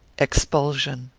expulsion.